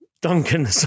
Duncan